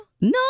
no